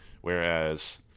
Whereas